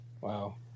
Wow